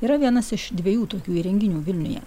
yra vienas iš dviejų tokių įrenginių vilniuje